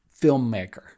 filmmaker